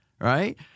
right